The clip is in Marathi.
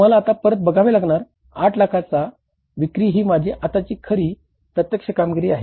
तुम्हाला आता परत बघावे लागणार 8 लाखाची विक्री ही माझी आताची खरी प्रत्यक्ष कामगिरी आहे